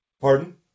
Pardon